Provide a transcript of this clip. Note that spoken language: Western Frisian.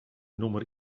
nûmer